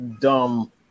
dumb